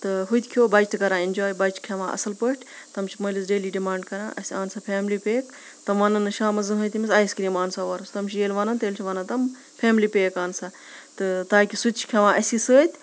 تہٕ ہُہ تہِ کھیو بَچہِ تہِ کَران اِنجوے بَچہِ کھٮ۪وان اَصٕل پٲٹھۍ تِم چھِ مٲلِس ڈیلی ڈِمانٛڈ کَران اَسہِ اَنسا فیملی پیک تِم وَنَن نہٕ شامَس زٕہٕنۍ تٔمِس آیِس کرٛیٖم اَنہٕ سا اورٕ تِم چھِ ییٚلہِ وَنان تیٚلہِ چھِ وَنان تِم فیملی پیک اَنہٕ سا تہٕ تاکہ سُہ تہِ کھٮ۪وان اَسی سۭتۍ